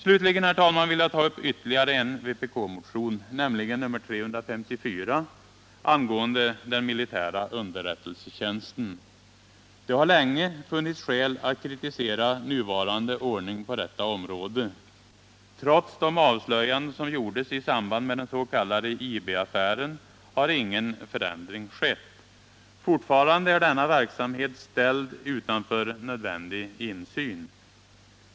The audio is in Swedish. Slutligen, herr talman, vill jag ta upp ytterligare en vpk-motion, nämligen nr 354 angående den militära underrättelsetjänsten. Det har länge funnits skäl att kritisera nuvarande ordning på detta område. Trots de avslöjanden som gjordes i samband med den s.k. IB-affären har ingen förändring skett. Fortfarande är denna verksamhet ställd utanför nödvändig insyn.